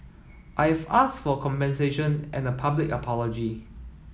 I've asked for compensation and a public apology